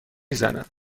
زند